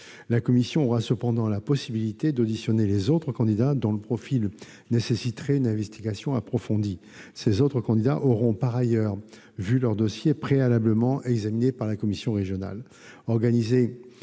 La commission aura cependant la possibilité d'auditionner les autres candidats dont le profil nécessiterait une investigation approfondie. Ces autres candidats auront, par ailleurs, vu leur dossier préalablement examiné par la commission régionale.